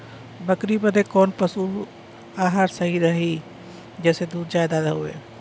बकरी बदे कवन पशु आहार सही रही जेसे दूध ज्यादा होवे?